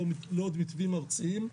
לא עוד מתווים ארציים,